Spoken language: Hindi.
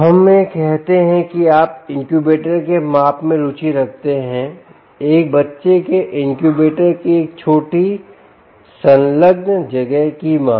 हमें कहते हैं कि आप इनक्यूबेटर के माप में रुचि रखते हैंएक बच्चे के इनक्यूबेटर की एक छोटी संलग्न जगह की माप